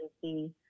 see